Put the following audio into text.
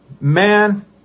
man